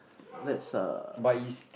let's err